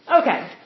Okay